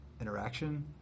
interaction